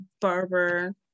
barber